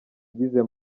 igize